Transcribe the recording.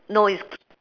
no is